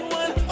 one